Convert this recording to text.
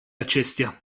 acestea